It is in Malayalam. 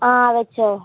ആ വെച്ചോ